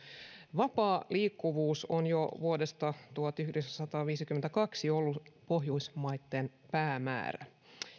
vapaa liikkuvuus on jo vuodesta tuhatyhdeksänsataaviisikymmentäkaksi ollut pohjoismaitten päämäärä